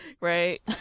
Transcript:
right